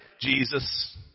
Jesus